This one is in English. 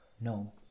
no